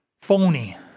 phony